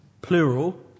plural